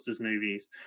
movies